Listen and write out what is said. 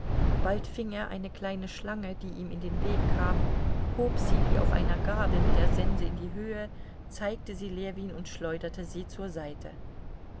bald fing er eine kleine schlange die ihm in den weg kam hob sie wie auf einer gabel mit der sense in die höhe zeigte sie ljewin und schleuderte sie zur seite